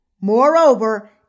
Moreover